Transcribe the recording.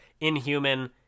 inhuman